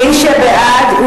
מי שבעד,